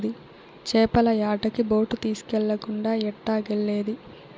చేపల యాటకి బోటు తీస్కెళ్ళకుండా ఎట్టాగెల్లేది